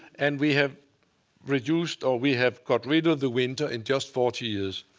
and we have reduced or we have got rid of the winter in just forty years.